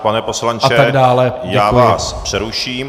Pane poslanče, já vás přeruším.